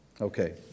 Okay